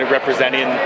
representing